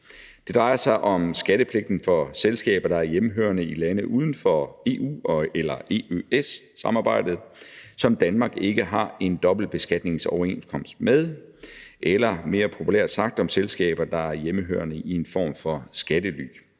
Det drejer sig om skattepligten for selskaber, der er hjemmehørende i lande uden for EU/EØS-samarbejdet, som Danmark ikke har en dobbeltbeskatningsoverenskomst med, eller mere populært sagt om selskaber, der er hjemmehørende i en form for skattely.